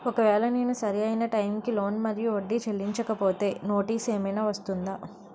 ఒకవేళ నేను సరి అయినా టైం కి లోన్ మరియు వడ్డీ చెల్లించకపోతే నోటీసు ఏమైనా వస్తుందా?